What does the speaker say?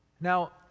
Now